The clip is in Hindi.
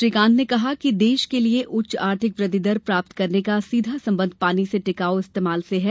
श्री कांत ने कहा कि देश के लिए उच्च आर्थिक वृद्धि दर प्राप्त करने का सीधा संबंध पानी के टिकाऊ इस्तेमाल से है